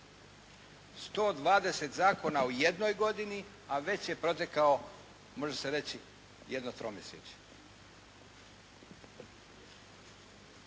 120 zakona u jednoj godini, a već je protekao može se reći jedno tromjesečje.